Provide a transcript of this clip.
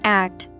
act